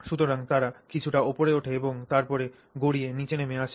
সুতরাং তারা কিছুটা ওপরে ওঠে এবং তারপরে গড়িয়ে নিচে নেমে আসে